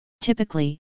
Typically